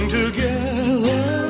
together